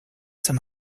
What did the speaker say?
some